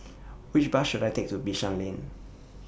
Which Bus should I Take to Bishan Lane